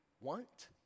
want